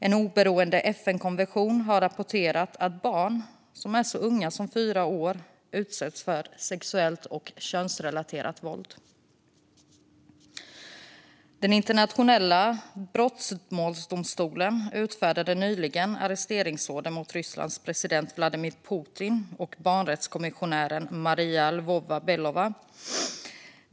En oberoende FN-kommission har rapporterat att barn så unga som fyra år utsätts för sexuellt och könsrelaterat våld. Den internationella brottmålsdomstolen utfärdade nyligen arresteringsorder mot Rysslands president Vladimir Putin och barnrättskommissionären Maria Lvova-Belova.